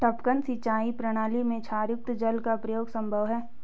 टपकन सिंचाई प्रणाली में क्षारयुक्त जल का प्रयोग संभव है